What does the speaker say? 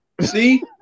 See